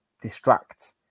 distract